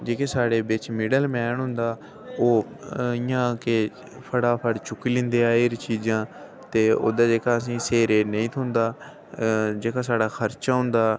जेह्का साढ़े बिच मिडल मैन होंदा ओह् इ'यां के फटाफट चुक्की लैंदे एह् आह्लियां चीजां ते ओह्दा जेह्का असेंगी स्हेई रेट नेईं थ्होंदा